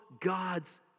God's